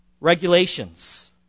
regulations